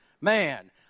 man